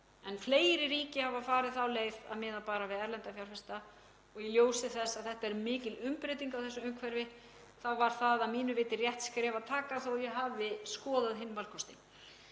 en fleiri ríki hafa farið þá leið að miða bara við erlenda fjárfesta og í ljósi þess að þetta er mikil umbreyting á þessu umhverfi var það að mínu viti rétt að taka það skref þó að ég hafi skoðað hinn valkostinn.